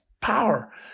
power